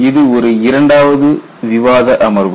இது ஒரு இரண்டாவது விவாத அமர்வு